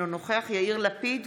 אינו נוכח יאיר לפיד,